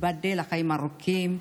תיבדל לחיים ארוכים,